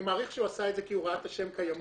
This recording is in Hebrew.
אני מעריך שהוא עשה את זה כי הוא ראה את השם "קיימות".